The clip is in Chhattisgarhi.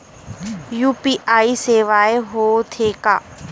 यू.पी.आई सेवाएं हो थे का?